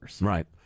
Right